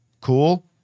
cool